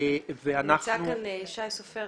נמצא כאן שי סופר,